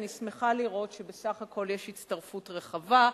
ואני שמחה לראות שבסך הכול יש הצטרפות רחבה.